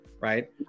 right